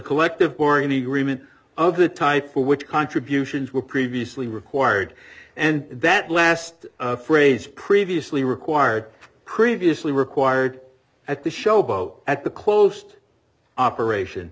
collective boring agreement of the type for which contributions were previously required and that last phrase previously required previously required at the showboat at the coast operation